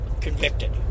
convicted